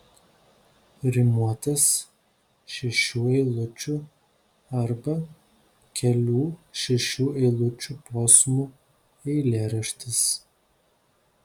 rimuotas šešių eilučių arba kelių šešių eilučių posmų eilėraštis